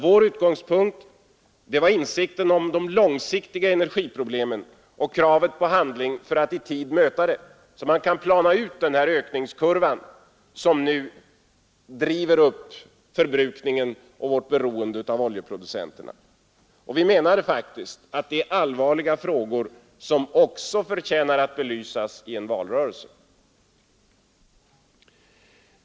Vår utgångspunkt var insikten om de långsiktiga energiproblemen och kravet på handling för att i tid möta dem, så att man kan plana ut den ökningskurva som nu driver upp förbrukningen och vårt beroende av oljeproducenterna. Vi menade faktiskt att det är allvarliga frågor som också förtjänar att belysas i en valrörelse.